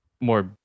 more